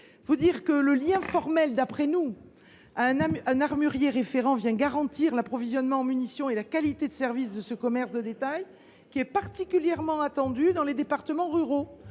Pour nous, le lien formel avec un armurier référent garantit l’approvisionnement en munitions et la qualité de service de ce commerce de détail, particulièrement attendu dans les départements ruraux,